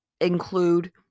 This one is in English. include